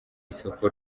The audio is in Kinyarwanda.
isoko